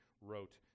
wrote